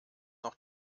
noch